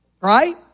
right